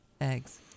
eggs